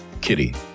Kitty